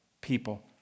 people